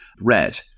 red